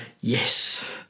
yes